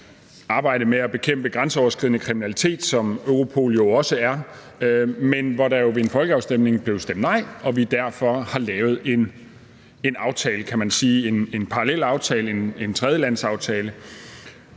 arbejde med at bekæmpe grænseoverskridende kriminalitet, som Europol jo også beskæftiger sig med, men hvor der ved en folkeafstemning blev stemt nej, og vi har derfor lavet en aftale, kan man sige, en parallelaftale, en tredjelandsaftale.